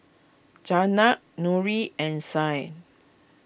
Zaynab Nurin and Syah